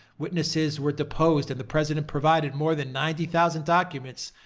witnesses were deposed and the president provided more than ninety thousand documents,